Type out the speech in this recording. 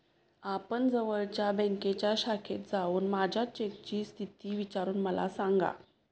आपण जवळच्या बँकेच्या शाखेत जाऊन माझ्या चेकची स्थिती विचारून मला सांगा